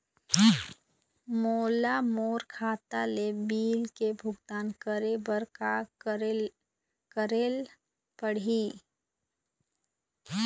मोला मोर खाता ले बिल के भुगतान करे बर का करेले पड़ही ही?